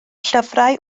llyfrau